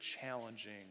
challenging